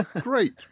great